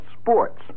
sports